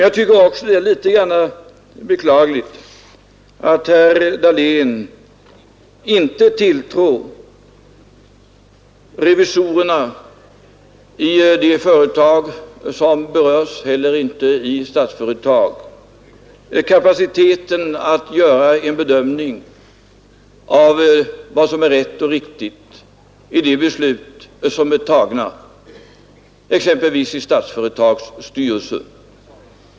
Vidare tycker jag det är litet beklagligt att herr Dahlén inte tilltror revisorerna i företagen kapacitet nog att göra en bedömning av vad som är rätt och riktigt i de beslut som fattas av exempelvis Statsföretags styrelse.